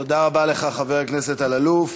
תודה רבה לך, חבר הכנסת אלאלוף.